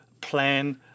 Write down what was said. plan